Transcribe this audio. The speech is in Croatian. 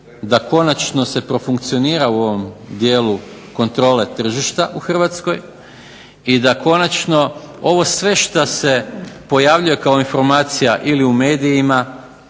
da konačno se profunkcionira u ovom dijelu kontrole tržišta u Hrvatskoj i da konačno ovo sve što se pojavljuje kao informacija u medijima